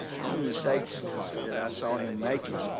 one of the mistakes that i saw him making,